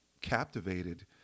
captivated